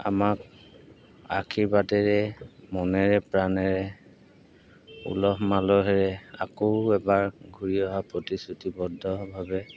আমাক আশীৰ্বাদেৰে মনেৰে প্ৰাণেৰে উলহ মালহেৰে আকৌ এবাৰ ঘূৰি অহা প্ৰতিশ্ৰুতিবদ্ধভাৱে